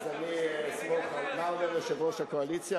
אז אני אסמוך על, מה אומר יושב-ראש הקואליציה?